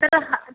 ତା'ର